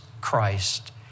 Christ